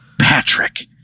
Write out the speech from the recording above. Patrick